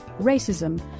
racism